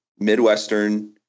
Midwestern